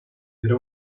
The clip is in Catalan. era